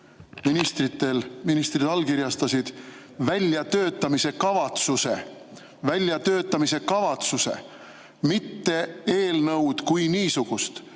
ministrid allkirjastasid väljatöötamiskavatsuse. Väljatöötamiskavatsuse, mitte eelnõu kui niisuguse.